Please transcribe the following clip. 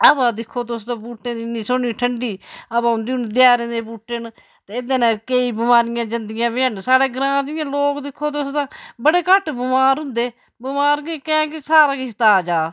हवा दिक्खो तुस तां बूह्टे दी इ'न्नी सोह्नी ठंड़ी हवा औंदी हून देआरें दे बूह्टे न ते एह्दे ने केईं बमारियां जंदियां बी हैन साढ़ै ग्रांऽ जियां लोक दिक्खो तुस तां बड़े घट्ट बमार होंदे बमार कैं के सारा किश ताजा